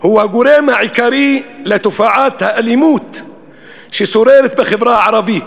היא הגורם העיקרי לתופעת האלימות ששוררת בחברה הערבית